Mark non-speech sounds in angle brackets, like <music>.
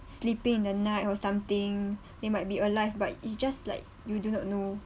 sleeping in the night or something <breath> they might be alive but it's just like you do not know